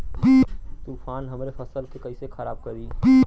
तूफान हमरे फसल के कइसे खराब करी?